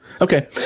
Okay